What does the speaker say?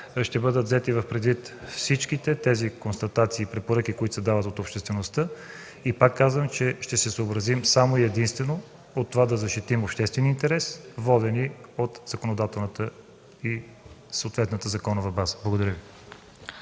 ще бъдат взети предвид всички тези констатации и препоръки, които се дават от обществеността. И пак казвам, че ще се съобразим само и единствено с това – защитата на обществения интерес, на основата на съответната законова база. Благодаря Ви.